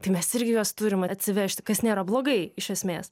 tai mes irgi juos turim atsivežti kas nėra blogai iš esmės